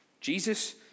Jesus